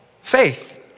faith